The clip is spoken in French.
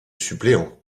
suppléants